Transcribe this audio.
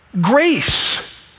grace